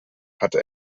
hatte